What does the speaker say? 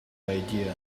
idea